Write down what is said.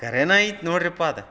ಖರೇ ಐತೆ ನೋಡ್ರಪ್ಪ ಅದು